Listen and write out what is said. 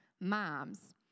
moms